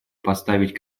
поставить